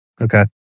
Okay